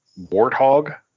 warthog